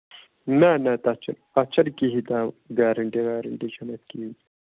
نہ نہ تَتھ چھُ تتھ چھُنہٕ کِہیٖنۍ تہِ گارنٹی وارنٹی چھنہٕ اَتھ کِہیٖںۍ